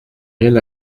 rien